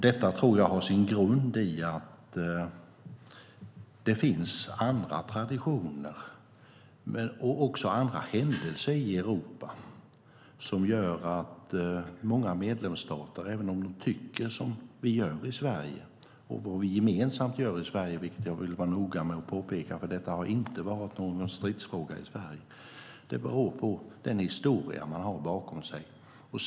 Detta tror jag har sin grund i att det finns andra traditioner och även andra händelser i många medlemsstater i Europa, även om de tycker som vi gör i Sverige - jag vill vara noga med att påpeka att det är vad vi gemensamt gör i Sverige, för detta har inte varit någon stridsfråga i Sverige - som beror på den historia man har bakom sig.